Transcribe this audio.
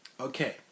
Okay